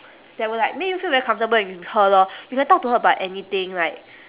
that will like make you feel very comfortable when with her lor you can talk to her about anything like